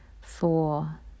four